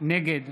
נגד